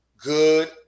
good